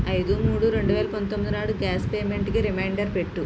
ఐదు మూడు రెండు వేల పంతొమ్మిది నాడు గ్యాస్ పేమెంటుకి రిమైండర్ పెట్టు